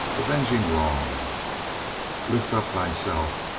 avenging wrong lift up thyself,